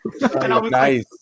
Nice